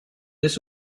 this